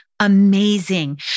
amazing